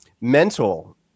mental